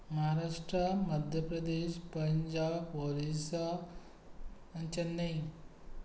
महाराष्ट्रा मध्य प्रदेश पंजाब ओरिसा आनी चेन्नई